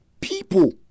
people